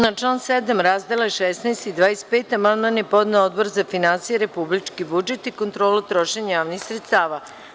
Na član 7. razdele 16 i 25 amandman je podneo Odbor za finansije, republički budžet i kontrolu trošenja javnih sredstava.